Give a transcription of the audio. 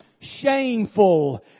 shameful